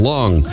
Long